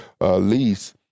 lease